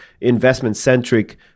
investment-centric